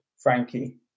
Frankie